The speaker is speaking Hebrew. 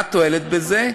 מה התועלת בזה?